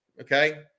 Okay